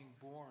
born